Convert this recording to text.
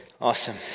awesome